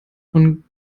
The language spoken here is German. von